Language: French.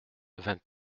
vingt